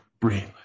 brainless